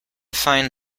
fine